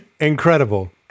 incredible